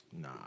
Nah